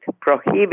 prohibit